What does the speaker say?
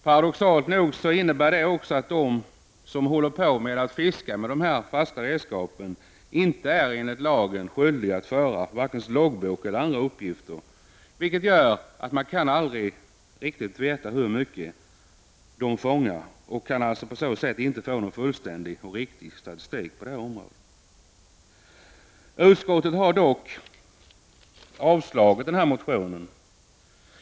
Paradoxalt nog är de som fiskar med dessa fasta redskap inte enligt lag skyldiga att föra loggbok eller lämna andra uppgifter, vilket gör att man aldrig riktigt kan veta hur mycket de fångar. Man kan således inte få någon fullständig och riktig statistik på det här området. Utskottet har avstyrkt motionen.